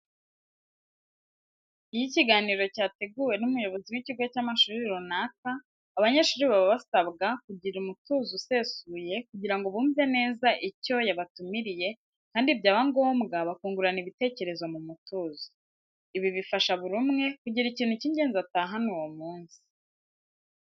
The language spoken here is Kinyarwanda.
Iyo ikiganiro cyateguwe n'umuyobozi w'ikigo cy'amashuri runaka, abanyeshuri baba basabwa kugira umutuzo usesuye kugira ngo bumve neza icyo yabatumiriye kandi byaba ngombwa bakungurana ibitekerezo mu mutuzo. Ibi bifasha buri umwe kugira ikintu cy'ingenzi atahana uwo munsi.